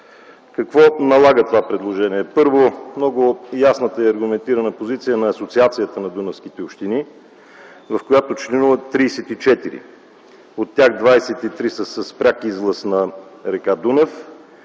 Какво налага това предложение? Първо, много ясната и аргументирана позиция на Асоциацията на дунавските общини, в която членуват 34 общини. От тях 23 са с пряк излаз на р. Дунав.